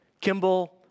Kimball